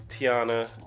Tiana